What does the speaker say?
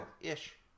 ish